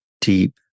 deep